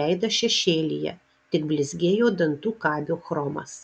veidas šešėlyje tik blizgėjo dantų kabių chromas